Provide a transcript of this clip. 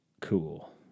cool